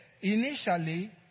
initially